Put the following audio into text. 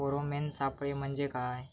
Pheromone सापळे म्हंजे काय?